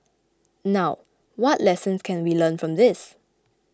now what lessons can we learn from this